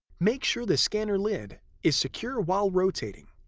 make sure the scanner lid is secure while rotating.